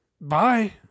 Bye